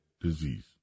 disease